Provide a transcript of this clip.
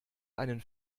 einen